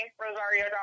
Rosario